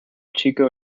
chico